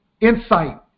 insight